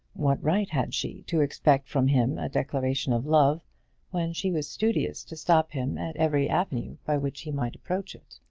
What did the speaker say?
what right had she to expect from him a declaration of love when she was studious to stop him at every avenue by which he might approach it?